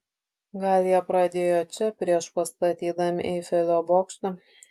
gal jie pradėjo čia prieš pastatydami eifelio bokštą